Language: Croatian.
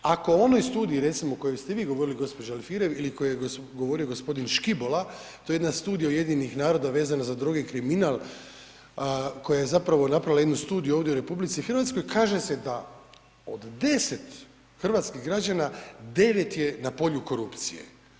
Ako u onoj studiji recimo o kojoj ste vi govorili gospođo Alfirev ili o kojoj je govorio gospodin Škibola, to je jedna studija UN-a vezana za droge i kriminal koja je zapravo napravila jednu studiju ovdje u RH, kaže se da od 10 hrvatskih građana 9 je na polju korupcije.